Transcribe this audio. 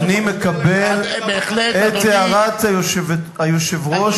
אני מקבל את הערת היושב-ראש באהבה,